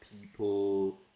people